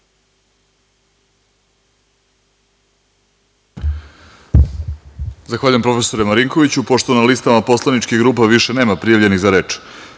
Zahvaljujem, prof. Marinkoviću. Pošto na listama poslaničkih grupa više nema prijavljenih za reč,